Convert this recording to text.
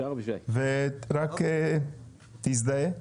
רק תזדהה.